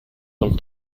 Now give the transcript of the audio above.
vom